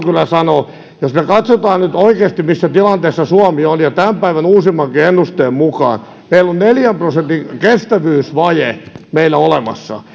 kyllä sanoa jos me katsomme nyt oikeasti missä tilanteessa suomi on niin tämän päivän uusimmankin ennusteen mukaan meillä on neljän prosentin kestävyysvaje olemassa